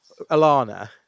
Alana